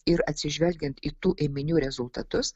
ir atsižvelgiant į tų ėminių rezultatus